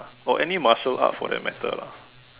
got any martial art for that matter a not